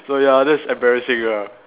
so ya that's embarrassing lah